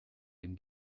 dem